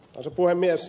arvoisa puhemies